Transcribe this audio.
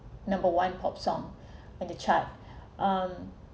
number one pop song at the chart um